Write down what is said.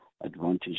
advantage